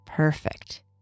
Perfect